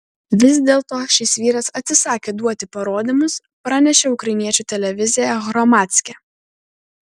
vis dėlto šis vyras atsisakė duoti parodymus pranešė ukrainiečių televizija hromadske